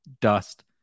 dust